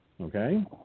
Okay